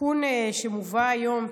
התיקון שמובא היום,